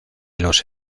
los